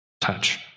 Touch